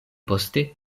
poste